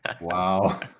wow